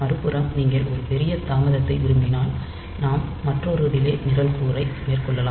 மறுபுறம் நீங்கள் ஒரு பெரிய தாமதத்தை விரும்பினால் நாம் மற்றொரு டிலே நிரல்கூறு ஐ மேற்கொள்ளலாம்